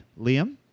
Liam